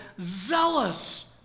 zealous